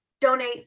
donate